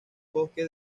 bosques